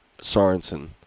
Sorensen